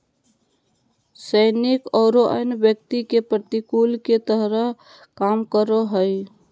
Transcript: सैनिक औरो अन्य व्यक्ति के प्रतिकूल के तरह काम करो हइ